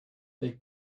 they